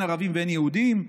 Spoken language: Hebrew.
הן ערבים והן יהודים.